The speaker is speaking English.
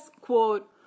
quote